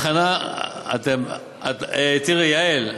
בחנה ניירות, תראי, יעל,